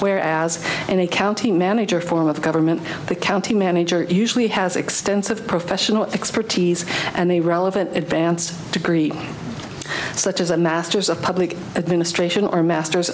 where as an accounting manager form of government the county manager usually has extensive professional expertise and the relevant advanced degree such as a masters of public administration are masters